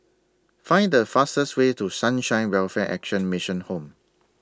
Find The fastest Way to Sunshine Welfare Action Mission Home